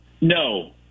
No